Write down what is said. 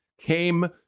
came